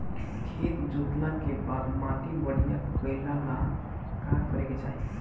खेत जोतला के बाद माटी बढ़िया कइला ला का करे के चाही?